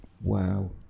wow